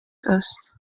ist